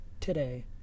today